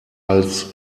als